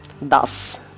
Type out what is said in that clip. Thus